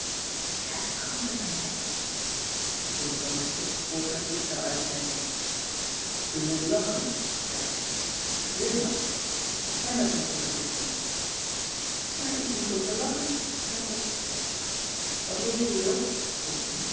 ik krijg kramp in mijn nek toen kwam de sik boven het toestel uitkijken u moet lachen zei hij glimlachen wat zijn dat nu voor gezichten maar er is niets om te lachen zei pop wat lees je joop